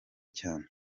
cyane